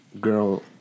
girl